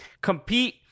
compete